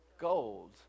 gold